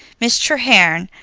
miss treherne,